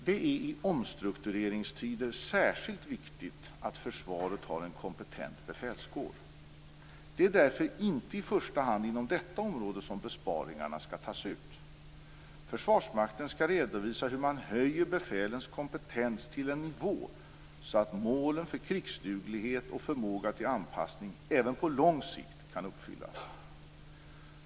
Det är i omstruktureringstider särskilt viktigt att försvaret har en kompetent befälskår. Det är därför inte i första hand inom detta område som besparingarna skall tas ut. Försvarsmakten skall redovisa hur man höjer befälens kompetens till en sådan nivå att målen för krigsduglighet och förmåga till anpassning även på lång sikt kan uppfyllas.